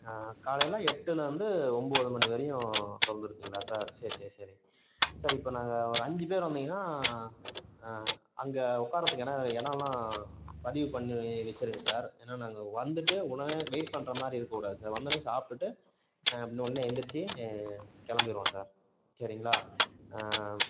காலையில் எட்டிலேருந்து ஒம்பது மணி வரையும் திறந்து இருப்பீங்களா சார் சரி சரி சரி சார் இப்போது நாங்கள் ஒரு அஞ்சு பேர் வந்தீங்கன்னா அங்கே உட்காரத்துக்கு இடம் இடோலாம் பதிவு பண்ணி வச்சிருங்க சார் ஏன்னா நாங்கள் வந்துட்டு உடனே வெயிட் பண்ணுற மாதிரி இருக்கக்கூடாது சார் வந்தோன்னே சாப்பிட்டுட்டு உடனே எந்திரிச்சு கிளம்பிருவோம் சார் சரிங்களா